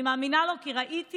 אני מאמינה לו, כי ראיתי,